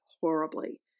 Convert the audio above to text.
horribly